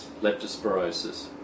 leptospirosis